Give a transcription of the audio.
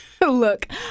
look